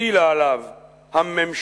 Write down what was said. הטילה עליו הממשלה.